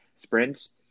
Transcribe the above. sprints